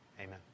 Amen